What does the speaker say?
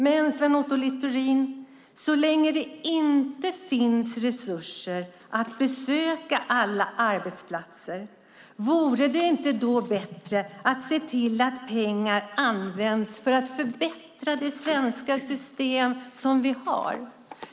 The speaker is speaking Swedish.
Men, Sven Otto Littorin, så länge det inte finns resurser att besöka alla arbetsplatser - vore det då inte bättre att se till att pengar används för att förbättra det svenska system som vi har?